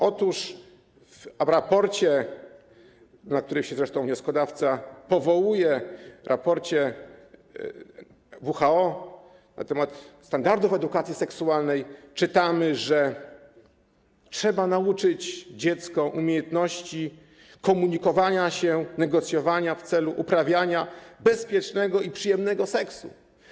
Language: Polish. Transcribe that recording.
Otóż w raporcie WHO, na który zresztą wnioskodawca się powołuje, dotyczącym standardów edukacji seksualnej, czytamy, że trzeba nauczyć dziecko umiejętności komunikowania się, negocjowania w celu uprawiania bezpiecznego i przyjemnego seksu.